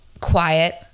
quiet